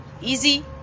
easy